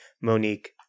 Monique